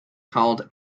called